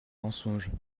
mensonges